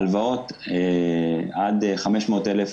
הלוואות עד 500,000,